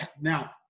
now